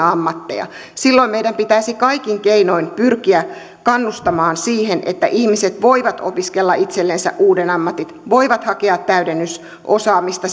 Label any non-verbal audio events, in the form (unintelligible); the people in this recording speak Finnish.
(unintelligible) ammatteja silloin meidän pitäisi kaikin keinoin pyrkiä kannustamaan siihen että ihmiset voivat opiskella itsellensä uuden ammatin voivat hakea täydennysosaamista (unintelligible)